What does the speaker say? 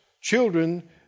children